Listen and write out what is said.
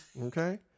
okay